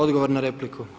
Odgovor na repliku.